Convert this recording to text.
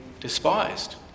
despised